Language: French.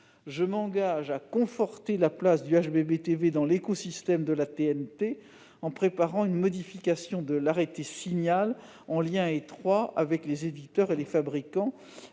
Je m'engage à conforter la place du Hbb TV dans l'écosystème de la TNT, en préparant une modification de l'arrêté dit signal en lien étroit avec les éditeurs et les fabricants.